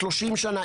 30 שנה,